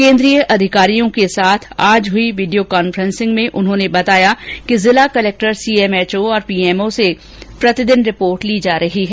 केन्द्रीय अधिकारियों के साथ आज हुई वीडियो कांफ्रेंसिंग में उन्होंने बताया कि जिला कलेक्टर सीएमएचओ और पीएमओ से प्रतिदिन रिपोर्ट ली जा रही है